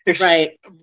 Right